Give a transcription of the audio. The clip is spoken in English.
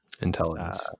intelligence